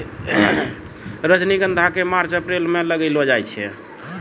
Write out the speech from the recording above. रजनीगंधा क मार्च अप्रैल म लगैलो जाय छै